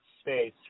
space